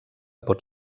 pot